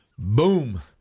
boom